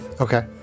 Okay